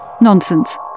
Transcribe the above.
Nonsense